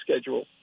schedule